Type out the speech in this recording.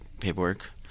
paperwork